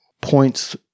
points